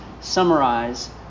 summarize